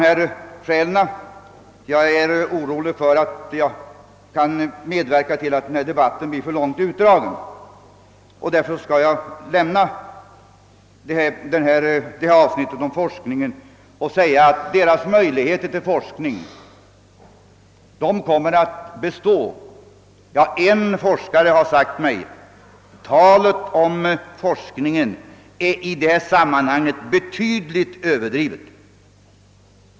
Jag är orolig för att jag medverkar till att den här debatten blir för långt utdragen, och därför skall jag lämna avsnittet om forskningen och «bara nämna att möjligheterna till forskning kommer att bestå. En forskare har sagt mig att talet om forskningen i det här sammanhanget är betydligt överdrivet.